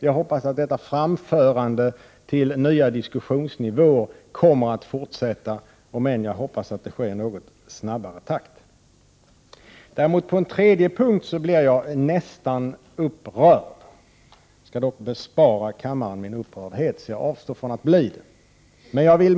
Jag hoppas att detta kommer att fortsätta — och t.o.m. i ännu snabbare takt än som nu är fallet. På den tredje punkten blir jag nästan upprörd. Jag skall dock bespara kammaren denna min upprördhet. Jag avstår således från att visa att jag blir upprörd.